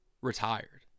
retired